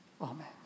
Amen